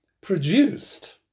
produced